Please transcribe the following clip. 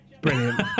brilliant